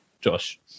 Josh